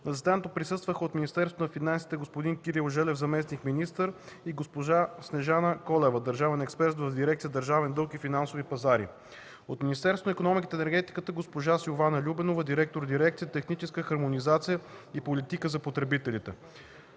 На заседанието присъстваха от Министерството на финансите: господин Кирил Желев – заместник-министър и госпожа Снежанка Колева – държавен експерт в дирекция „Държавен дълг и финансови пазари”; от Министерството на икономиката и енергетиката: госпожа Силвана Любенова – директор дирекция „Техническа хармонизация и политика за потребителите”.